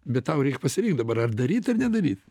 bet tau reik pasirinkt dabar daryt ar nedaryt